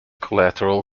collateral